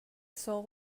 soul